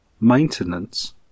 Maintenance